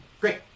great